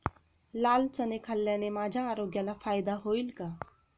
लाल चणे खाल्ल्याने माझ्या आरोग्याला फायदा होईल का?